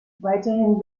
weiterhin